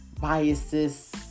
biases